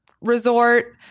resort